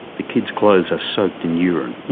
the kid's clothes are soaked in urine.